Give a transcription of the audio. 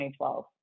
2012